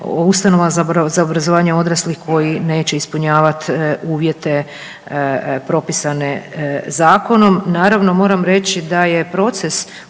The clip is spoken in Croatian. ustanovama za obrazovanje odraslih koji neće ispunjavati uvjete propisane zakonom. Naravno moram reći da je proces